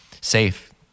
safe